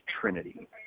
Trinity